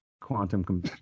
quantum